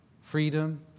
freedom